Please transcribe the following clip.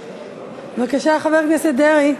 בבקשה, חבר הכנסת דרעי,